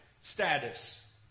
status